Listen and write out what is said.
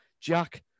Jack